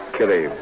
Kitty